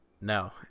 No